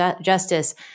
justice